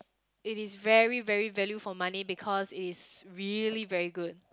it is very very value for money because it is really very good